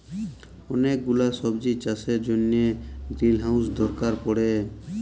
ওলেক গুলা সবজির চাষের জনহ গ্রিলহাউজ দরকার পড়ে